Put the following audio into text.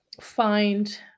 find